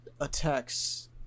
attacks